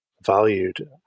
valued